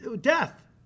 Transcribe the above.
death